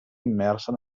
immersa